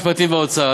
המשפטים והאוצר.